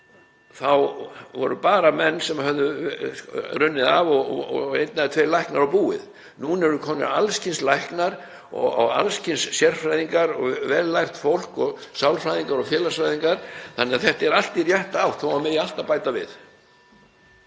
þá voru bara menn sem hafði runnið af og einn eða tveir læknar og búið. Núna eru komnir alls kyns læknar og alls kyns sérfræðingar og vel lært fólk og sálfræðingar (Forseti hringir.) og félagsfræðingar, þannig að þetta er allt í rétta átt þó að það megi alltaf bæta við.